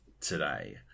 today